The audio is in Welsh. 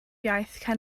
iaith